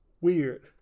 weird